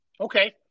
Okay